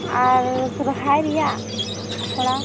ᱟᱨ ᱥᱚᱦᱚᱨᱟᱭ ᱨᱮᱭᱟᱜ ᱛᱷᱚᱲᱟ